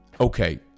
okay